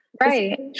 Right